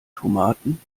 tomaten